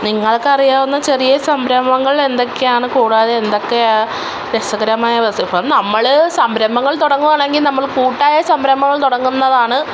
നിങ്ങൾക്കറിയാവുന്ന ചെറിയ സംരംഭങ്ങൾ എന്തൊക്കെയാണ് കൂടാതെ എന്തൊക്കെയാ രസകരമായ വസ്തു ഇപ്പം നമ്മൾ സംരംഭങ്ങൾ തുടങ്ങുകയാണെങ്കിൽ നമ്മൾ കൂട്ടായ സംരംഭങ്ങൾ തുടങ്ങുന്നതാണ്